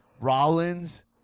Rollins